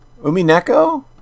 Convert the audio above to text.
Umineko